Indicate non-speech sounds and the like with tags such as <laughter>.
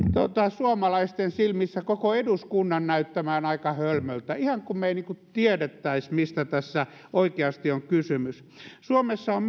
suomalaisten silmissä koko eduskunnan näyttämään aika hölmöltä ihan kuin me emme tietäisi mistä tässä oikeasti on kysymys suomessa on <unintelligible>